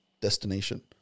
destination